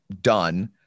done